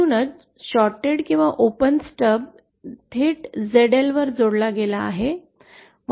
म्हणून शॉर्ट्ड किंवा open stub थेट ZL वर जोडला गेला आहे